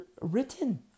written